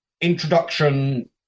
introduction